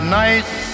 nice